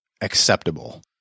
acceptable